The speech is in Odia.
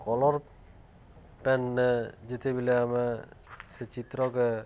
କଲର୍ ପେନ୍ନେ ଯେତେବେଳେ ଆମେ ସେ ଚିତ୍ରକେ